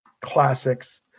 classics